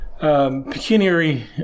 pecuniary